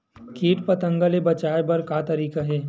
कीट पंतगा ले बचाय बर का तरीका हे?